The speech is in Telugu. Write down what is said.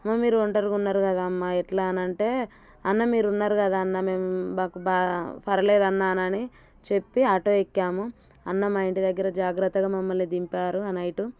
అమ్మ మీరు ఒంటరిగా ఉన్నారు కదా అమ్మ ఎట్లా అని అంటే అన్న మీరు ఉన్నారు కదా అన్న మేము మాకు పర్వాలేదు అన్నా అని చెప్పి ఆటో ఎక్కాము అన్న మా ఇంటి దగ్గర జాగ్రత్తగా మమ్మల్ని దింపారు ఆ నైట్